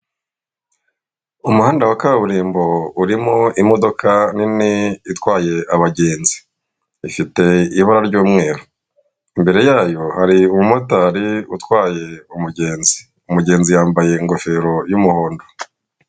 Umuhanda wa kaburimbo urimo imodoka nini itwaye abagenzi, ifite ibara ry'umweru. Imbere yayo hari umumotari utwaye umugenzi, umugenzi yambaye ingofero y'umuhondo.